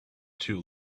too